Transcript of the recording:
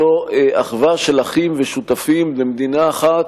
זו אחווה של אחים ושותפים במדינה אחת,